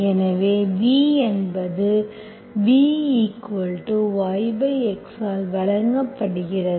எனவே v என்பது v என்பது v YX ஆல் வழங்கப்படுகிறது